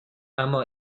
اما